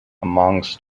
amongst